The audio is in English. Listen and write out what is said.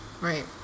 Right